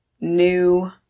new